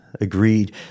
agreed